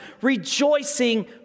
rejoicing